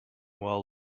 while